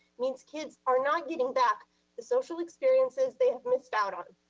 means kids are not getting back the social experiences they have missed out on.